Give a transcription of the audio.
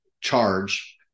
charge